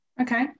okay